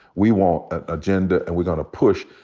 we want an agenda and we're gonna push.